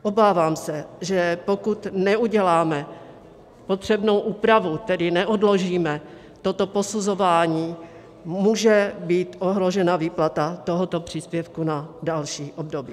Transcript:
Obávám se, že pokud neuděláme potřebnou úpravu, tedy neodložíme toto posuzování, může být ohrožena výplata tohoto příspěvku na další období.